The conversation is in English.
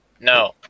No